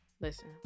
Listen